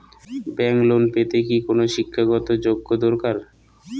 Bank loan পেতে কি কোনো শিক্ষা গত যোগ্য দরকার?